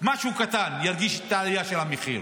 משהו קטן ירגיש את העלייה של המחיר.